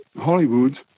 Hollywood